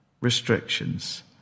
restrictions